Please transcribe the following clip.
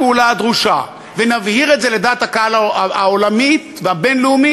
הפעולה הדרושה ונבהיר את זה לדעת הקהל העולמית והבין-לאומית,